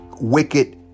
wicked